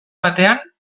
batean